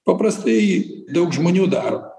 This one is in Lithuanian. paprastai daug žmonių daro